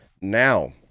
now